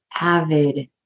avid